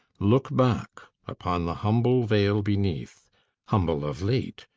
look back upon the humble vale beneath humble of late,